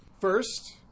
First